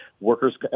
workers